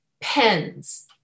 pens